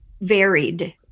varied